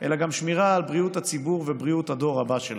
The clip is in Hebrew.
אלא גם השמירה על בריאות הציבור ובריאות הדור הבא שלנו.